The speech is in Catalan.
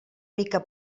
mica